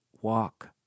walk